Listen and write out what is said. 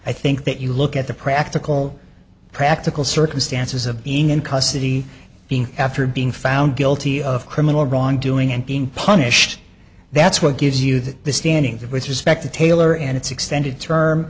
i think that you look at the practical practical circumstances of being in custody being after being found guilty of criminal wrongdoing and being punished that's what gives you that the standing that with respect to taylor and it's extended term